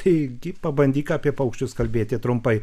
kaipgi pabandyk apie paukščius kalbėti trumpai